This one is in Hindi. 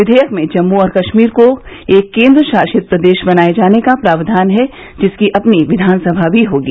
विधेयक में जम्मू और कश्मीर को एक केन्द्र शासित प्रदेश बनाये जाने का प्रावधान है जिसकी अपनी विधानसभा भी होगी